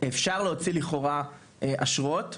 אפשר להוציא לכאורה אשרות.